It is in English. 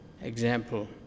example